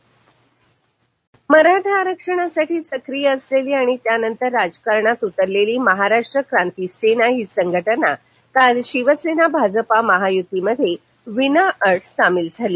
महाराष्ट क्रांती सेना मराठा आरक्षणासाठी सक्रीय असलेली आणि त्यानंतर राजकारणात उतरलेली महाराष्ट्र क्रांती सेना ही संघटना काल शिवसेना भाजपा महायुतीमध्ये विनाअट सामिल झाली